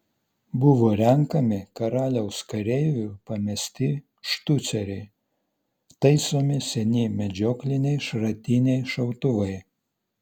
buvo renkami karaliaus kareivių pamesti štuceriai taisomi seni medžiokliniai šratiniai šautuvai